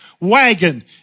wagon